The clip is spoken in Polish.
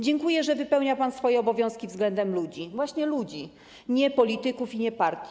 Dziękuję, że wypełnia pan swoje obowiązki względem ludzi - właśnie ludzi, nie polityków i nie partii.